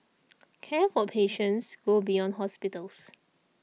care for patients go beyond hospitals